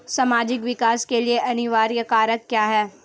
सामाजिक विकास के लिए अनिवार्य कारक क्या है?